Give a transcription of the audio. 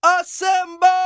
Assemble